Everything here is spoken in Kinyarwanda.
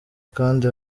kandi